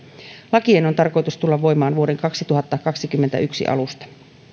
lakien on tarkoitus tulla voimaan vuoden kaksituhattakaksikymmentäyksi alusta